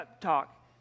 talk